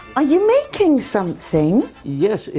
are you making something? yes,